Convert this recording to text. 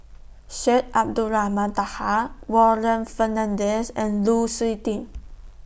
Syed Abdulrahman Taha Warren Fernandez and Lu Suitin